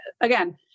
Again